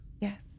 Yes